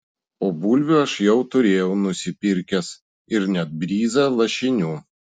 o bulvių aš jau turėjau nusipirkęs ir net bryzą lašinių